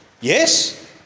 Yes